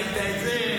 ראית את זה,